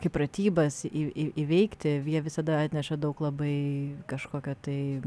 kaip pratybas į įveikti jie visada atneša daug labai kažkokio tai